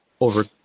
over